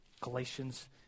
Galatians